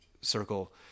circle